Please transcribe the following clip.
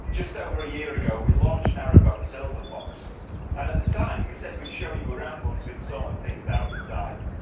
just over a year ago we launched narrowboat silver fox and at the time we said we'd show you around once we'd sorted things out inside.